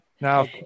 Now